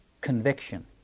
conviction